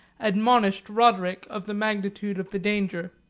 admonished roderic of the magnitude of the danger.